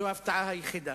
זו ההפתעה היחידה,